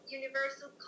universal